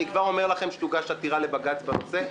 אני כבר אומר לכם שתוגש עתירה לבג"ץ בנושא,